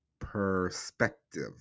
perspective